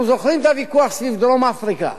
אנחנו זוכרים את הוויכוח סביב דרום-אפריקה,